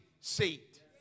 seat